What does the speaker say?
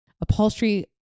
upholstery